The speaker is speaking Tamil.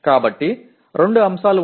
எனவே 2 கூறுகள் உள்ளன